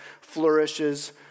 flourishes